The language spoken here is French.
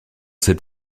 cet